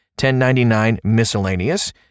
1099-Miscellaneous